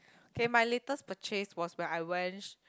okay my latest purchase was when I went